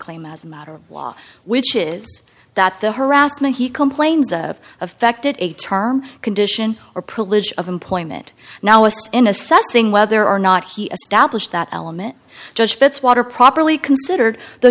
claim as a matter of law which is that the harassment he complains of affected a term condition or privilege of employment now as in assessing whether or not he established that element judge fitzwater properly considered the